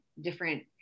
different